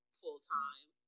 full-time